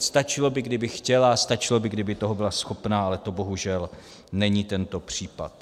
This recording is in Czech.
Stačilo by, kdyby chtěla, stačilo by, kdyby toho byla schopna, ale to bohužel není tento případ.